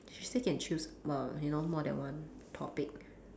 she say can choose more you know more than one topic